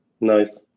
Nice